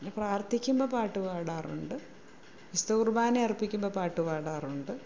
പിന്നെ പ്രാർത്ഥിക്കുമ്പോൾ പാട്ടു പാടാറുണ്ട് വിസ്തു കുർബ്ബാനയർപ്പിക്കുമ്പം പാട്ടു പാടാറുണ്ട്